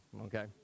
okay